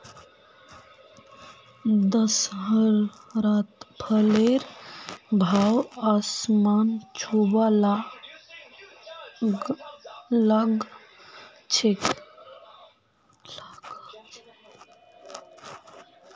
दशहरात फलेर भाव आसमान छूबा ला ग छेक